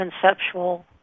conceptual